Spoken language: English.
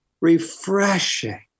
refreshing